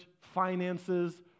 finances